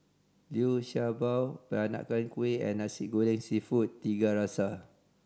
Liu Sha Bao Peranakan Kueh and Nasi Goreng Seafood Tiga Rasa